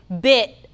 bit